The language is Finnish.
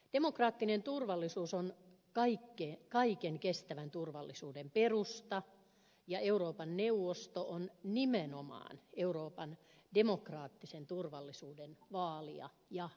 demokraattinen turvallisuus on kaiken kestävän turvallisuuden perusta ja euroopan neuvosto on nimenomaan euroopan demokraattisen turvallisuuden vaalija ja edistäjä